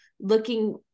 looking